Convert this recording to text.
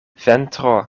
ventro